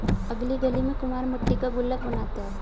अगली गली में कुम्हार मट्टी का गुल्लक बनाता है